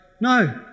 no